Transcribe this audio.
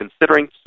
considering